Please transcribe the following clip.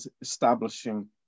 establishing